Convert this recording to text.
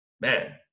man